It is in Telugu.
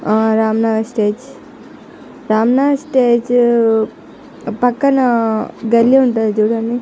రామ్ నగర్ స్టేజ్ రామ్ నగర్ స్టేజ్ పక్కన గల్లీ ఉంటుంది చూడండి